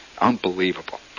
Unbelievable